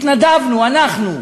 התנדבנו, אנחנו,